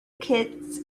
kits